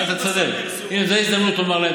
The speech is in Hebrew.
זאת ההזדמנות לומר להם,